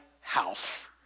house